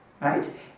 Right